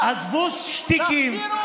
ולהגיד: עזבו שטיקים, תחזירו אותם.